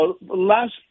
last